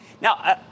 Now